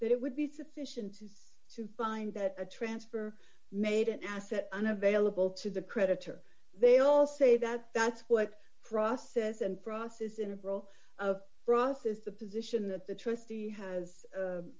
that it would be sufficient to find that a transfer made an asset unavailable to the creditor they all say that that's what process and process integral of process the position that the trustee has